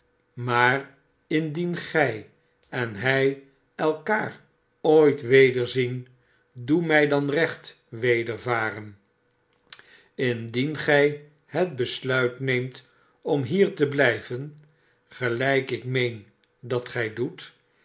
maar indien gij en hij elkander ooit wederzien doe mij danrecht weerven indien g gij het besluit neemt om hier te bluven gelik meen dat gij doet